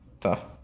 tough